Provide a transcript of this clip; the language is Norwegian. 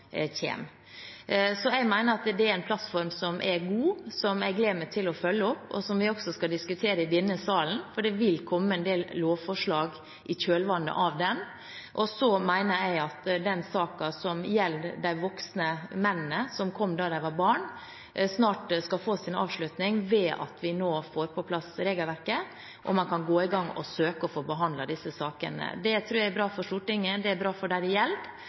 Så jeg mener at det er en plattform som er god, som jeg gleder meg til å følge opp, og som vi også skal diskutere i denne salen, for det vil komme en del lovforslag i kjølvannet av den. Så mener jeg at den saken som gjelder de voksne mennene som kom da de var barn, snart skal få sin avslutning ved at vi nå får på plass regelverket, og man kan gå i gang og få behandlet disse sakene. Det tror jeg er bra for Stortinget, og det er bra for dem det